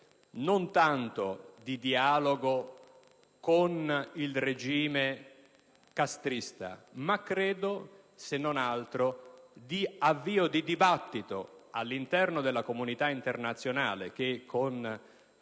non tanto di dialogo con il regime castrista, quanto se non altro di avvio di un dibattito all'interno della comunità internazionale, che - con